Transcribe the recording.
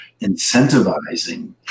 incentivizing